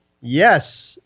Yes